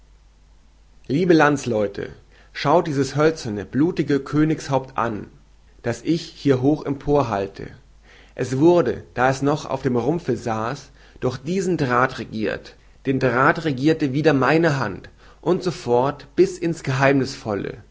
lieben landleute schaut dieses hölzerne blutige königshaupt an das ich hier hoch emporhalte es wurde als es noch auf dem rumpfe saß durch diesen drath regiert den drath regierte wieder meine hand und so fort bis ins geheimnißvolle